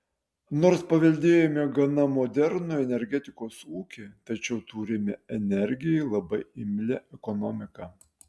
nors paveldėjome gana modernų energetikos ūkį tačiau turime energijai labai imlią ekonomiką